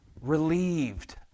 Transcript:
relieved